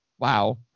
Wow